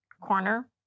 corner